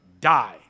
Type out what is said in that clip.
die